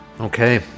okay